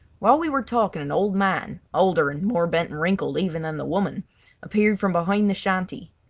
while we were talking an old man older and more bent and wrinkled even than the woman appeared from behind the shanty.